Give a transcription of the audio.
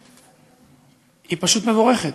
היא פשוט מבורכת.